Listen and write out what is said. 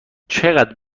چقدر